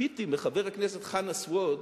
ציפיתי מחבר הכנסת חנא סוייד